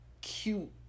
cute